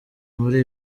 muri